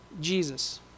Jesus